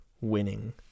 winning